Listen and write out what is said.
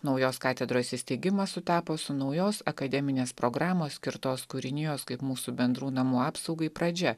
naujos katedros įsteigimas sutapo su naujos akademinės programos skirtos kūrinijos kaip mūsų bendrų namų apsaugai pradžia